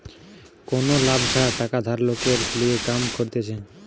কোনো লাভ ছাড়া টাকা ধার লোকের লিগে কাম করতিছে